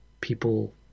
people